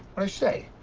i say?